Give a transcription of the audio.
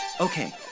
Okay